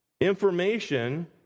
information